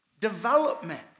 development